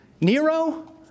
Nero